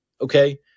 okay